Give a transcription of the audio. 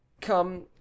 come